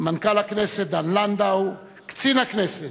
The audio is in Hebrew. מנכ"ל הכנסת דן לנדאו, קצין הכנסת,